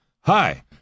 Hi